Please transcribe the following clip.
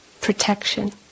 protection